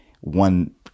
one